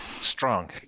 strong